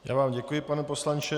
Já vám děkuji, pane poslanče.